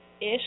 ish